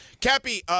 Cappy